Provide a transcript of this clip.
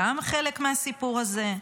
שהיא גם חלק מהסיפור הזה,